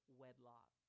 wedlock